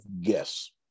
guess